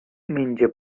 menja